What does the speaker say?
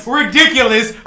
ridiculous